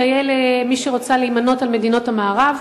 כיאה למי שרוצה להימנות עם מדינות המערב.